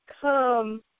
come